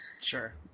Sure